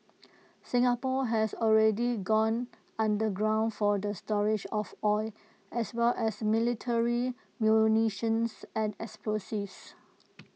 Singapore has already gone underground for the storage of oil as well as military munitions and explosives